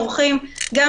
עורכים את המסמך,